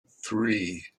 three